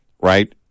right